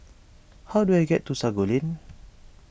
how do I get to Sago Lane